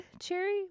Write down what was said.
cherry